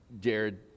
Jared